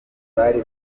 bari